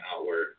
outward